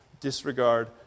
disregard